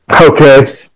Okay